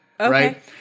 right